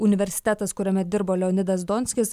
universitetas kuriame dirbo leonidas donskis